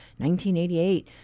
1988